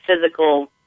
physical